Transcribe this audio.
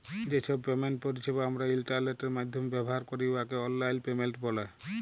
যে ছব পেমেন্ট পরিছেবা আমরা ইলটারলেটের মাইধ্যমে ব্যাভার ক্যরি উয়াকে অললাইল পেমেল্ট ব্যলে